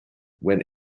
when